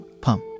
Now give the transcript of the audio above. pump